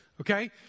Okay